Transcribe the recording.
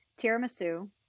tiramisu